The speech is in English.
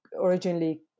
originally